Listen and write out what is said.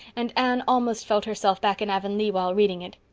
and anne almost felt herself back in avonlea while reading it.